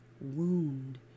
wound